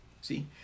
See